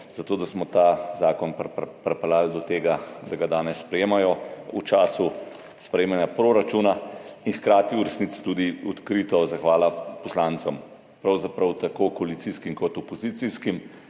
zato da smo ta zakon pripeljali do tega, da ga danes sprejemajo v času sprejemanja proračuna, in hkrati v resnici tudi odkrito zahvala poslancem, pravzaprav tako koalicijskim kot opozicijskim.